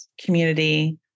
community